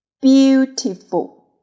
Beautiful